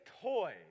toys